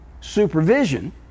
supervision